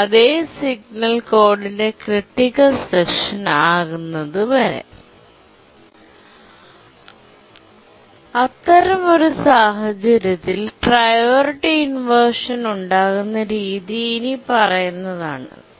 അതെ സിഗ്നൽ കോഡിന്റെ critical section ആകുന്നത് വരെ അത്തരമൊരു സാഹചര്യത്തിൽ പ്രിയോറിറ്റി ഇൻവെർഷൻ ഉണ്ടാകുന്ന രീതി ഇനി പറയുന്നത് ആണ്